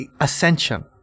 ascension